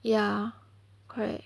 ya correct